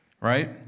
right